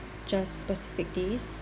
just specific days